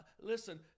listen